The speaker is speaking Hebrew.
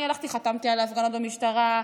אני הלכתי וחתמתי על ההפגנות במשטרה,